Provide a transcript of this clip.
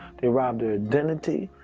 they robbed the identity.